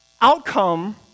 outcome